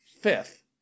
fifth